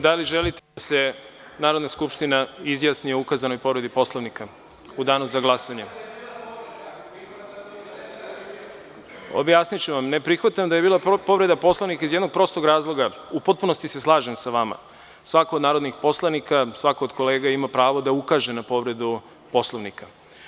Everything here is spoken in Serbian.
Da li želite da se Narodna skupština izjasni o ukazanoj povredi Poslovnika u danu za glasanje? (Nemanja Šarović, s mesta: A da li vi prihvatate da je bila povreda Poslovnika?) Objasniću vam, ne prihvatam da je bilo povreda Poslovnika iz jednog prostog razloga, u potpunosti se slažem sa vama, svako od narodnih poslanika, svako od kolega ima pravo da ukaže na povredu Poslovnika.